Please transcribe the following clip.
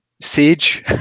sage